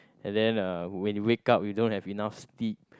and then uh when you wake up you don't have enough sleep